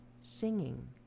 singing